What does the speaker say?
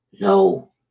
No